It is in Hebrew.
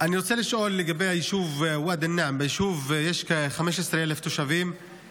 אני רוצה לשאול לגבי היישוב ואדי אל-נעם: ביישוב יש כ-15,000 תושבים.